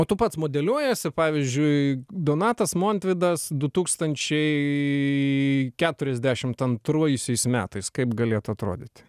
o tu pats modeliuojies ir pavyzdžiui donatas montvydas du tūkstančiai keturiasdešim antroisiais metais kaip galėtų atrodyti